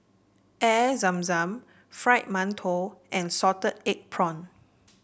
Air Zam Zam Fried Mantou and Salted Egg prawn